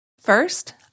First